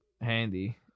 handy